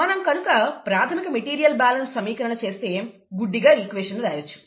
మనం కనుక ప్రాథమిక మెటీరియల్ బ్యాలెన్స్ సమీకరణం చేస్తే గుడ్డిగా ఈక్వేషన్ను రాయొచ్చు